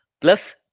plus